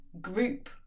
group